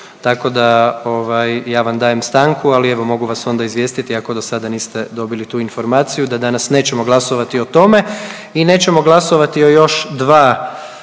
da ovaj ja vam dajem stanku, ali evo mogu vas onda izvijestiti ako dosada niste dobili tu informaciju da danas nećemo glasovati o tome i nećemo glasovati o još dva